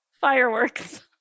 Fireworks